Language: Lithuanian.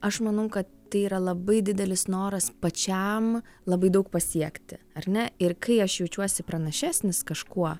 aš manau kad tai yra labai didelis noras pačiam labai daug pasiekti ar ne ir kai aš jaučiuosi pranašesnis kažkuo